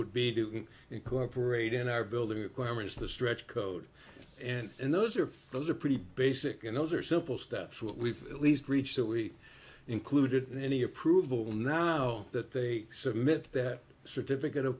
would be to can incorporate in our building requirements the stretch code and those are those are pretty basic and those are simple steps what we've least breach that we included in any approval now that they submit that certificate